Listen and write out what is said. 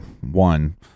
one